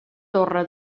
torre